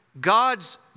God's